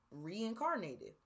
reincarnated